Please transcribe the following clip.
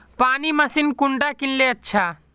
पानी मशीन कुंडा किनले अच्छा?